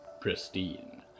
Pristine